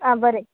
आं बरें